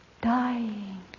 Dying